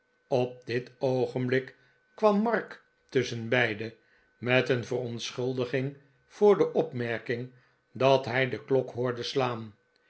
op dit oogenblik kwam mark tusschenbeide met een verontschuldiging voor de opmerking dat hij de klok hoorde slaan